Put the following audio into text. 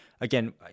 again